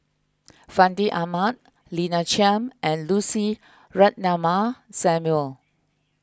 Fandi Ahmad Lina Chiam and Lucy Ratnammah Samuel